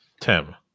Tim